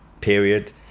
period